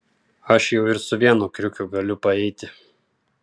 aš jau ir su vienu kriukiu galiu paeiti